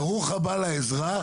ברוך הבא לאזרח,